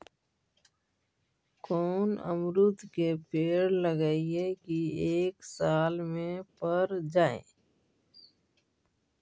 कोन अमरुद के पेड़ लगइयै कि एक साल में पर जाएं?